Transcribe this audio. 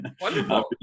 Wonderful